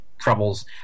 troubles